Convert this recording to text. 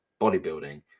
bodybuilding